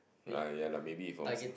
ah ya lah maybe he from s~